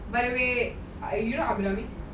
by the way you know abram me